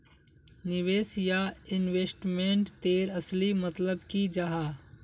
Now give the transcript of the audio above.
निवेश या इन्वेस्टमेंट तेर असली मतलब की जाहा?